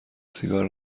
سیگار